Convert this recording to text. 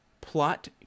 plot